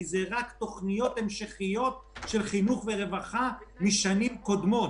כי זה רק תוכניות המשכיות של חינוך ורווחה משנים קודמות,